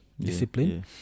discipline